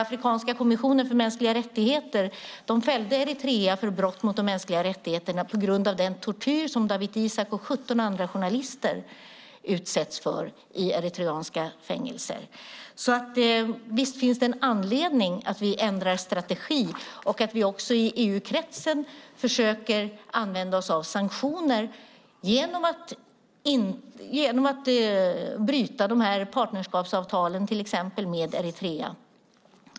Afrikanska kommissionen för mänskliga rättigheter fällde Eritrea för brott mot de mänskliga rättigheterna på grund av den tortyr som Dawit Isaak och 17 andra journalister utsätts för i eritreanska fängelser. Så visst finns det en anledning för oss att ändra strategi och att vi också i EU-kretsen försöker använda oss av sanktioner genom att till exempel bryta partnerskapsavtalen med Eritrea.